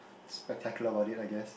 spectacular about it I guess